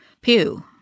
Pew